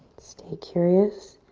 stay curious.